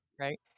right